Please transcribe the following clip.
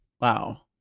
Wow